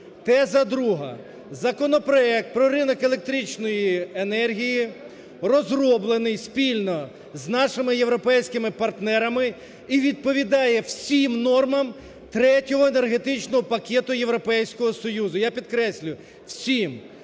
Теза друга. Законопроект про ринок електричної енергії розроблений спільно з нашими європейськими партнерами і відповідає всім нормам Третього енергетичного пакету Європейського Союзу. Я підкреслюю – всім.